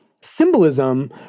Symbolism